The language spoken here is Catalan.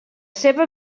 seva